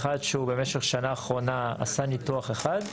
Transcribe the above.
אחת שהוא במשך שנה אחרונה עשה ניתוח אחד,